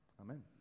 Amen